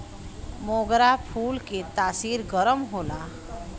मोगरा फूल के तासीर गरम होला